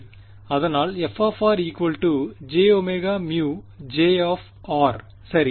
அதனால் f jωμJ சரி